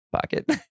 pocket